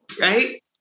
Right